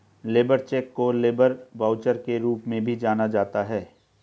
labour cheque को labour voucher के रूप में भी जाना जाता है